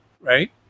right